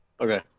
Okay